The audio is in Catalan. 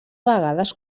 vegades